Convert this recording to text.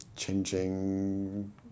changing